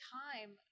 time